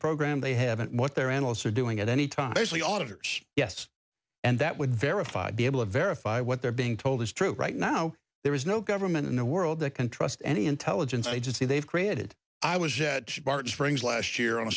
program they haven't what their analysts are doing at any time basically auditor's yes and that would verify be able to verify what they're being told is true right now there is no government in the world that can trust any intelligence agency they've created i was it should part springs last year on a